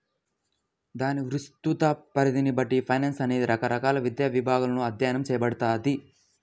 దాని విస్తృత పరిధిని బట్టి ఫైనాన్స్ అనేది రకరకాల విద్యా విభాగాలలో అధ్యయనం చేయబడతది